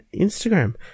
Instagram